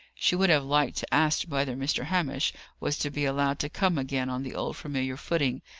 she would have liked to ask whether mr. hamish was to be allowed to come again on the old familiar footing,